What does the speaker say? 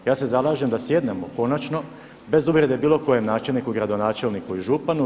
Ja se zalažem da sjednemo konačno bez uvrede bilo kojem načelniku, gradonačelniku i županu.